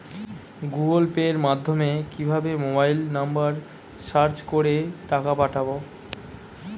Google পের মাধ্যমে কিভাবে মোবাইল নাম্বার সার্চ করে টাকা পাঠাবো?